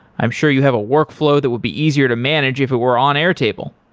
i'm sure you have a workflow that would be easier to manage if it were on airtable.